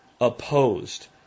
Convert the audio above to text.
opposed